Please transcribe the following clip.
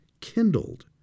kindled